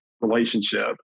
relationship